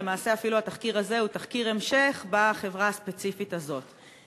למעשה אפילו התחקיר הזה הוא תחקיר המשך בחברה הספציפית הזאת.